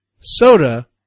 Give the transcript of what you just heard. soda